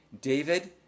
David